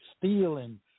stealing